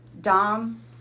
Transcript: dom